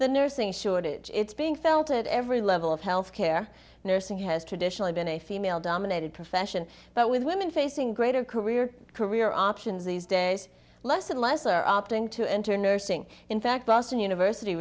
the nursing shortage it's being felt at every level of health care nursing has traditionally been a female dominated profession but with women facing greater career career options these days less and less are opting to enter nursing in fact boston university